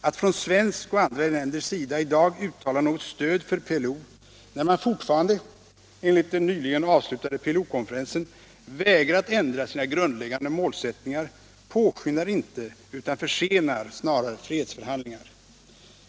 Att från Sveriges och andra länders sida i dag uttala något stöd för PLO när man fortfarande — enligt den nyligen avslutade PLO-konferensen — vägrat ändra sina grundläggande målsättningar, påskyndar inte utan försenar snarare fredsförhandlingar.